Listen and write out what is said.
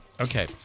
Okay